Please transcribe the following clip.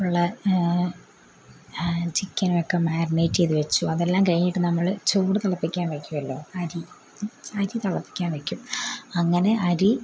ഉള്ള ചിക്കനൊക്കെ മാരിനേറ്റ് ചെയ്ത് വെച്ചു അതെല്ലാം കഴിഞ്ഞിട്ട് നമ്മള് ചോറ് തിളപ്പിക്കാൻ വെക്കുവല്ലോ അരി അരി തിളപ്പിക്കാൻ വെക്കും അങ്ങനെ അരി